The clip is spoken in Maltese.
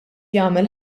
jagħmel